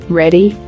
ready